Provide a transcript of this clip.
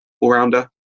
all-rounder